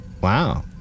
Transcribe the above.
Wow